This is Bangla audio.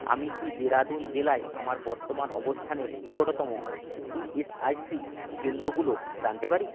আমি কি দেরাদুন জেলায় আমার বর্তমান অবস্থানের নিকটতম ইএসআইসি কেন্দ্রগুলো জানতে পারি